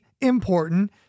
important